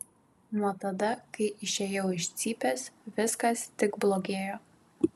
nuo tada kai išėjau iš cypės viskas tik blogėjo